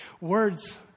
Words